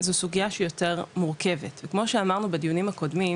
זו סוגייה שהיא יותר מורכבת וכמו שאמרנו בדיונים הקודמים,